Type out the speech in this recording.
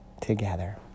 together